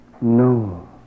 No